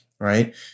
right